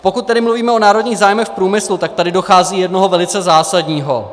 Pokud tedy mluvíme o národních zájmech v průmyslu, tak tady dochází k jednomu velice zásadnímu.